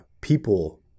people